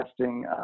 testing